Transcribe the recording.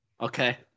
Okay